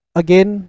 again